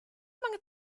among